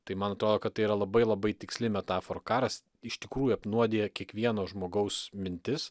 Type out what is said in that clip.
tai man atrodo kad tai yra labai labai tiksli metafora karas iš tikrųjų apnuodija kiekvieno žmogaus mintis